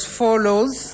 follows